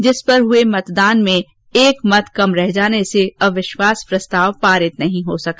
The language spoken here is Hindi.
जिस पर कल मतदान हुआ जिसमें एक मत कम रह जाने से अविश्वास प्रस्ताव पारित नहीं हो सका